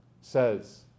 says